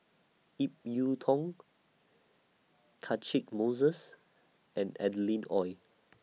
Ip Yiu Tung Catchick Moses and Adeline Ooi